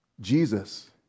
Jesus